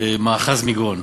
מאחז מגרון,